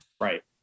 Right